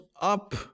up